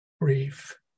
grief